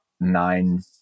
nine